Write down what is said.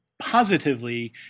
positively